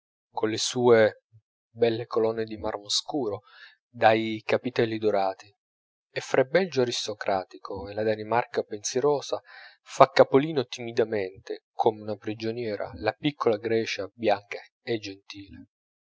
magnifico colle sue belle colonne di marmo scuro dai capitelli dorati e fra il belgio aristocratico e la danimarca pensierosa fa capolino timidamente come una prigioniera la piccola grecia bianca e gentile